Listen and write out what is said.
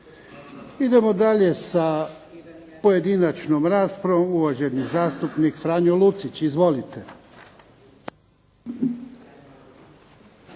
Idemo dalje sa pojedinačnom raspravom uvaženi zastupnik Franjo Lucić. Izvolite.